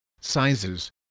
sizes